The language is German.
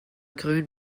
grün